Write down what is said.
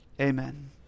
Amen